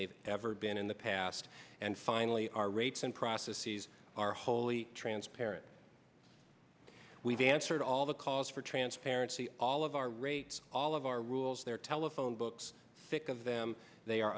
they've ever been in the past and finally our rates and processes are wholly transparent we've answered all the calls for transparency all of our rates all of our rules their telephone books think of them they are